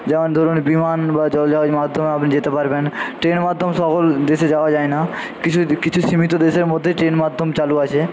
যেমন ধরুন বিমান বা জলযান মাধ্যমে আপনি যেতে পারবেন ট্রেন মাধ্যম সকল দেশে যাওয়া যায়না কিছু কিছু সীমিত দেশের মধ্যে ট্রেন মাধ্যম চালু আছে